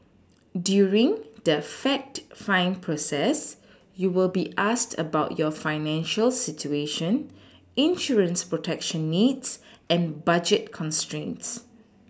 during the fact find process you will be asked about your financial situation insurance protection needs and budget constraints